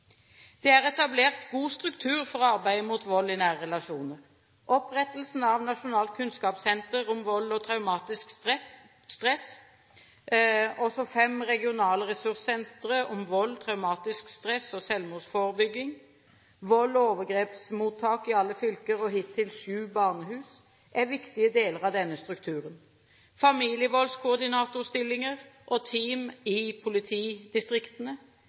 Det er etablert god struktur for arbeidet mot vold i nære relasjoner. Opprettelsen av Nasjonalt kunnskapssenter om vold og traumatisk stress, NKVTS, fem regionale ressurssentre om vold, traumatisk stress og selvmordsforebygging, volds- og overgrepsmottak i alle fylker og hittil syv barnehus er viktige deler av denne strukturen. Familievoldskoordinatorstillinger og team i politidistriktene,